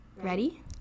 Ready